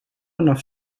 enough